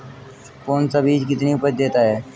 कौन सा बीज कितनी उपज देता है?